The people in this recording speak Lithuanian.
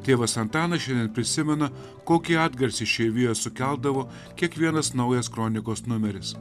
tėvas antanas šiandien prisimena kokį atgarsį išeivijoj sukeldavo kiekvienas naujas kronikos numeris